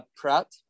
prat